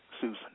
Susan